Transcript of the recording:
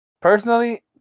Personally